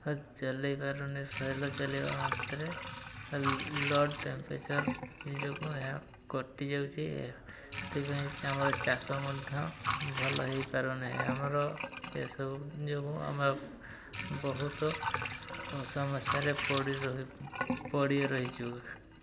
ଚଲାଇ ପାରୁନି ଚଲାଇବା ମାତ୍ରେ ଟେମ୍ପେଚର୍ ଯୋଗୁଁ ଏହା କଟିଯାଉଛି ସେଥିପାଇଁ ଆମର ଚାଷ ମଧ୍ୟ ଭଲ ହେଇପାରୁନି ଆମର ଏସବୁ ଯୋଗୁଁ ଆମେ ବହୁତ ଅସମସ୍ୟାରେ ପଡ଼ି ରହିଚୁ